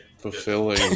fulfilling